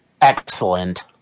Excellent